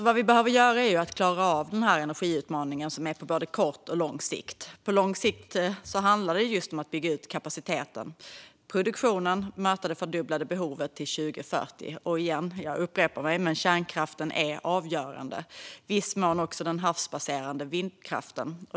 Vad vi behöver göra är att klara av energiutmaningen på både lång och kort sikt. På lång sikt handlar det just om att bygga ut kapacitet och produktionen så att vi kan möta det fördubblade behovet till 2040. Återigen, kärnkraften är avgörande och i viss mån också den havsbaserade vindkraften.